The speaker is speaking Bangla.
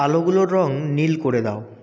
আলোগুলোর রঙ নীল করে দাও